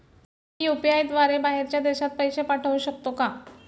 मी UPI द्वारे बाहेरच्या देशात पैसे पाठवू शकतो का?